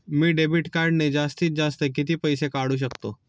मी debit कार्डने जास्तीत जास्त किती पैसे काढू शकतो?